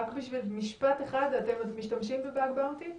רק בשביל משפט אחד: אתם משתמשים ב-Bug bounty?